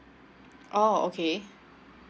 oh okay